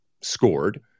scored